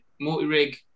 Multi-rig